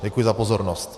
Děkuji za pozornost.